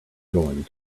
going